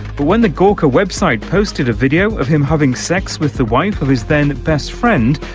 but when the gawker website posted a video of him having sex with the wife of his then best friend,